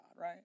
right